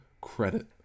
credit